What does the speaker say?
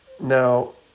Now